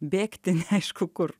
bėgti neaišku kur